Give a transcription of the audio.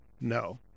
no